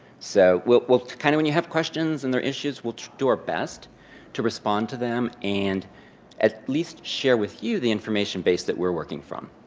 so, we'll we'll kind of when you have questions and other issues, we'll do our best to respond to them, and at least share with you the information base that we're working from.